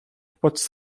popatrz